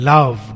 Love